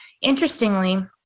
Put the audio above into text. interestingly